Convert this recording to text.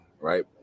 Right